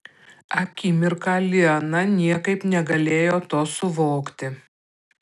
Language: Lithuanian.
akimirką liana niekaip negalėjo to suvokti